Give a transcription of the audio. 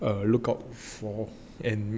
err lookout for and